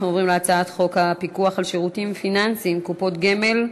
אנחנו עוברים להצעת חוק הפיקוח על שירותים פיננסיים (קופות גמל)